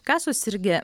ką susirgę